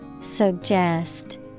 Suggest